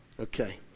Okay